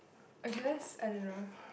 okay let's I don't know